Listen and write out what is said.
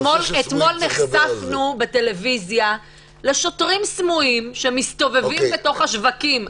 אתמול נחשפנו בטלוויזיה לשוטרים סמויים שמסתובבים בתוך השווקים,